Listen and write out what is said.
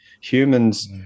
humans